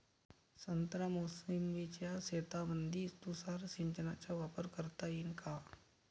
संत्रा मोसंबीच्या शेतामंदी तुषार सिंचनचा वापर करता येईन का?